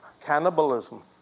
cannibalism